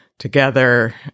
together